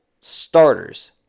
starters